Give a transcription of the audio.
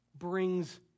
brings